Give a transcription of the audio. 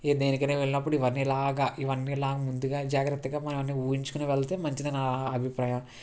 దేనికైనా వెళ్ళినప్పుడు ఇవన్నీ ఇలాగా ఇవన్నీఇలా ముందుగా జాగ్రత్తగా మనం అన్ని ఊహించుకోని వెళ్తే మంచిది అని నా అభిప్రాయం